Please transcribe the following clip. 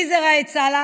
מי זה ראאד סלאח?